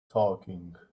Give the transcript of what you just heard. talking